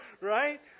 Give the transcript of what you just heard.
right